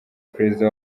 perezida